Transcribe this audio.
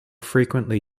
frequently